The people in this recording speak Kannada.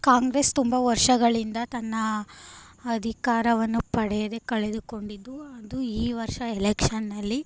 ಕಾಂಗ್ರೆಸ್ ತುಂಬ ವರ್ಷಗಳಿಂದ ತನ್ನ ಅಧಿಕಾರವನ್ನು ಪಡೆಯದೇ ಕಳೆದುಕೊಂಡಿದ್ದು ಅದು ಈ ವರ್ಷ ಎಲೆಕ್ಷನ್ನಲ್ಲಿ